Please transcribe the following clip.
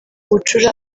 bucura